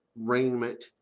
raiment